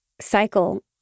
cycle